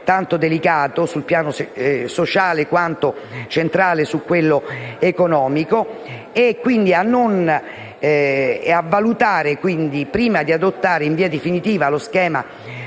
tanto delicato sul piano sociale, quanto centrale su quello economico e, prima di adottare in via definitiva lo schema